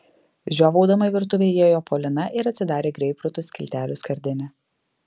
žiovaudama į virtuvę įėjo polina ir atsidarė greipfrutų skiltelių skardinę